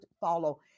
follow